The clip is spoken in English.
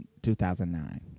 2009